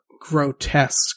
grotesque